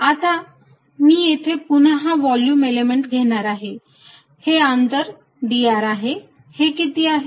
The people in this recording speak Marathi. dr आता मी इथे पुन्हा हा व्हॉल्युम एलिमेंट घेणार आहे हे अंतर dr आहे हे किती आहे